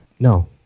No